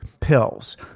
pills